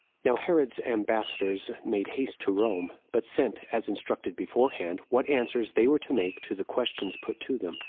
now herod's ambassadors made haste to rome but sent, as instructed beforehand, what answers they were to make to the questions put to them.